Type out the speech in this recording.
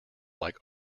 like